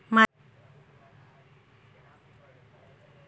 मछली पकड़ने की विनाशकारी तकनीक का अभ्यास क्यों होता है?